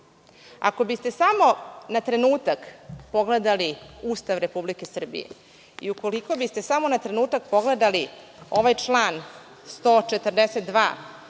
Ako biste samo na trenutak pogledali Ustav Republike Srbije i ukoliko biste samo na trenutak pogledali ovaj član 142.